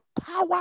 power